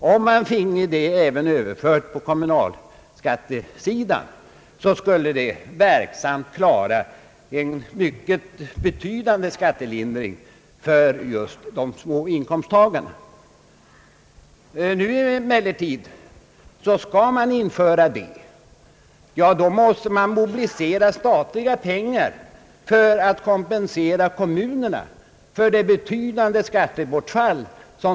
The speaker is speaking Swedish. Finge man ett sådant avdrag även på kommunalskattesidan skulle det betyda en mycket avsevärd skattelindring för just de små inkomsttagarna. Men vill man införa det måste man mobilisera statliga pengar för att kompensera det stora kommunala skattebortfallet.